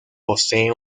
poseen